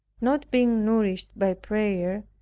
not being nourished by prayer.